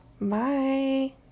bye